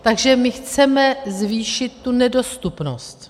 Takže my chceme zvýšit tu nedostupnost.